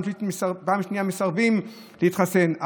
מסרבים להתחסן,